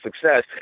success